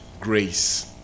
grace